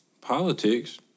politics